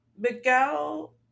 Miguel